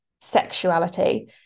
sexuality